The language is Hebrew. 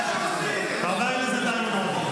חבר הכנסת איימן עודה.